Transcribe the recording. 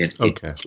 Okay